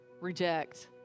reject